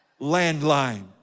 Landline